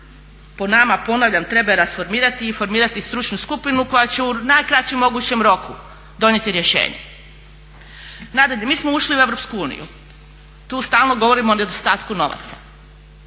po nama ponavljam treba je rasformirati i formirati stručnu skupinu koja će u najkraćem mogućem roku donijeti rješenje. Nadalje, mi smo ušli u Europsku uniju. Tu stalno govorimo o nedostatku novaca.